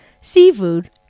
Seafood